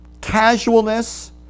casualness